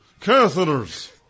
catheters